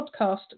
podcast